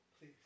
Please